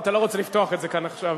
אתה לא רוצה לפתוח את זה כאן עכשיו.